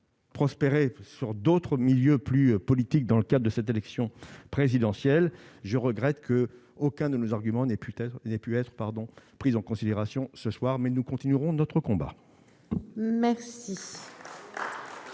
prospérer sur d'autres milieux plus politiques dans le cas de cette élection présidentielle, je regrette que aucun de nos arguments n'est peut-être qu'on n'ait pu être pardon prise en considération ce soir mais nous continuerons notre combat. Merci.